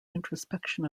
introspection